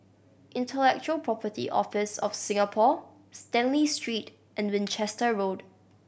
Intellectual Property Office of Singapore Stanley Street and Winchester Road